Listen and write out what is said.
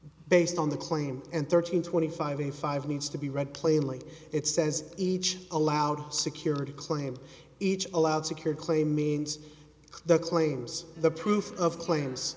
based on the claim and thirteen twenty five eighty five needs to be read plainly it says each allowed security claim each allowed secure claim means the claims the proof of